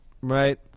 right